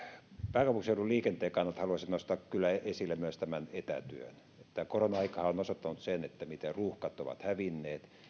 pääkaupunkiseudun liikenteen kannalta haluaisin nostaa kyllä esille myös tämän etätyön korona aikahan on osoittanut sen miten ruuhkat ovat hävinneet